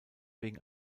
wegen